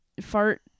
Fart